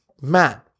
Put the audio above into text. Man